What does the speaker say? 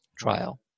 trial